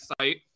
site